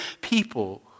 people